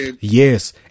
Yes